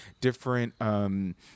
different –